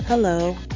Hello